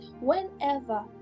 whenever